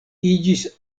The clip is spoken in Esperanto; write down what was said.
iĝis